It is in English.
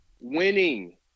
winning